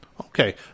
Okay